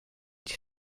die